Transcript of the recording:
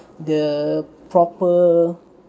the proper